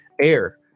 air